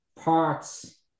parts